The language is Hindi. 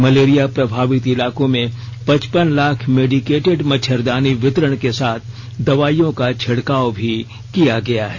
मलेरिया प्रभावित इलाकों में पचपन लाख मेडिकेटेड मच्छरदानी वितरण के साथ दवाईयों का छिड़काव भी किया गया है